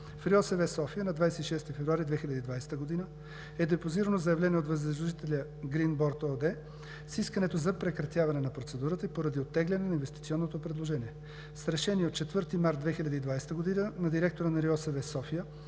В РИОСВ – София, на 26 февруари 2020 г. е депозирано заявление от възложителя „Гринборд“ ООД с искането за прекратяване на процедурата поради оттегляне на инвестиционното предложение. С решение от 4 март 2020 г. на директора на РИОСВ – София,